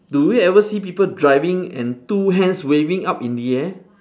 do we ever see people driving and two hands waving up in the air